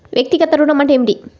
వ్యక్తిగత ఋణం అంటే ఏమిటి?